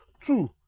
Two